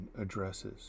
addresses